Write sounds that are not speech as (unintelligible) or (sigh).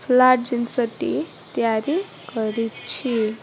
(unintelligible) ଜିନିଷ ଟି ତିଆରି କରିଛି